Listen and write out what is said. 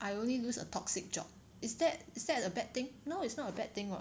I only lose a toxic job is that is that a bad thing no it's not a bad thing what